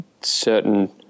certain